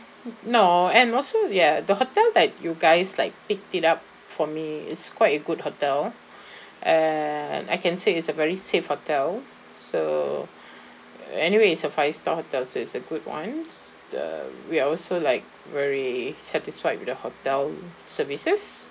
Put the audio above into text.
no and also ya the hotel that you guys like picked it up for me is quite a good hotel and I can say it's a very safe hotel so anyway it's a five star hotel so it's a good one the we are also like very satisfied with the hotel services